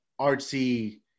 artsy